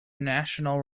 national